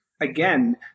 Again